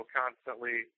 constantly